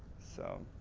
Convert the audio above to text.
so